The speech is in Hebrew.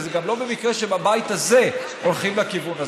וזה גם לא מקרה שבבית הזה הולכים לכיוון הזה.